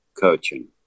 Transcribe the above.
coaching